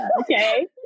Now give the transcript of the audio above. okay